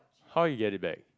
how you get it back